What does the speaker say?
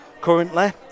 Currently